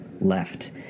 left